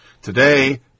Today